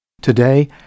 Today